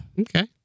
Okay